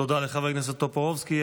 תודה לחבר הכנסת טופורובסקי.